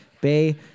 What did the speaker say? Bay